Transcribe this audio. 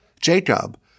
Jacob